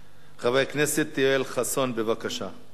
חבר הכנסת יואל חסון, בבקשה.